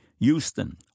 Houston